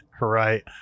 Right